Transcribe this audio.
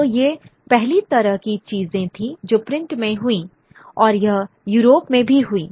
तो ये पहली तरह की चीजें थीं जो प्रिंट में हुईं और यह यूरोप में भी हुईं